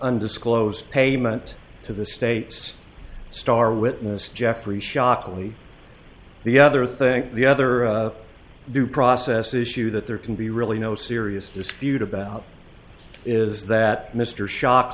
undisclosed payment to the state's star witness jeffrey shockley the other thing the other due process issue that there can be really no serious dispute about is that mr shock